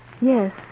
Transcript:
Yes